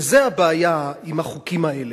וזו הבעיה עם החוקים האלה.